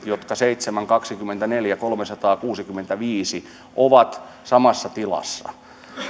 jotka seitsemän kautta kaksikymmentäneljä kolmesataakuusikymmentäviisi ovat samassa tilassa